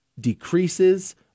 decreases